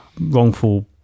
wrongful